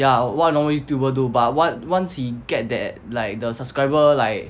ya what normal YouTuber do but what once he get that like the subscriber like